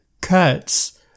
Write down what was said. cuts